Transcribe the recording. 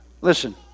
Listen